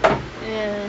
ya